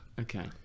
Okay